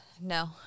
No